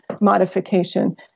modification